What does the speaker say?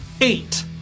eight